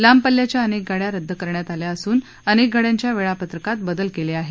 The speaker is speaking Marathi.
लांब पल्ल्याच्या अनेक गाड्या रद्द करण्यात आल्या असून अनेक गाड्यांच्या वेळापत्रकातही बदल केले आहेत